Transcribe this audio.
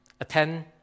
Attend